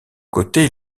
côté